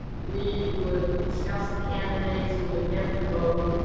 we would discuss the candidates and would get to vote.